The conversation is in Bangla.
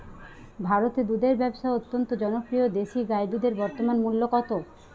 ভারতে দুধের ব্যাবসা অত্যন্ত জনপ্রিয় দেশি গাই দুধের বর্তমান মূল্য কত?